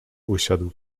usiadł